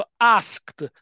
asked